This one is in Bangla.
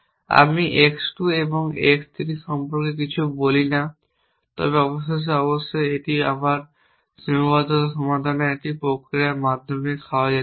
আমি x 2 এবং x 3 সম্পর্কে কিছু বলি না তবে অবশেষে অবশ্যই এটি আবার সীমাবদ্ধতা সমাধানের একটি প্রক্রিয়ার মাধ্যমে খাওয়া যেতে পারে